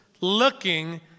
looking